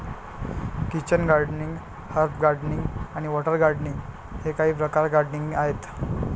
kitchen gardening, herb gardening आणि water gardening हे काही प्रकारचे गार्डनिंग आहेत